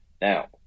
Now